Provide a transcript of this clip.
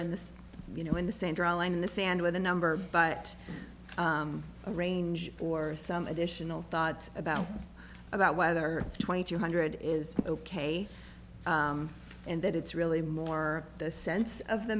in the you know in the same draw line in the sand with a number but a range or some additional thoughts about about whether twenty two hundred is ok and that it's really more the sense of the